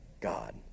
God